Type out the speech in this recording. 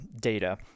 data